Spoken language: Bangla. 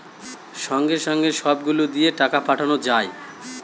সঙ্গে সঙ্গে সব গুলো দিয়ে টাকা পাঠানো যায়